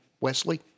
Wesley